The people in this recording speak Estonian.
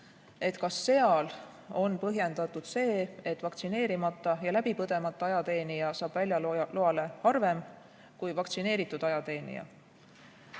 Et kas seal on põhjendatud see, et vaktsineerimata ja läbipõdemata ajateenija saab väljaloale harvem kui vaktsineeritud ajateenija.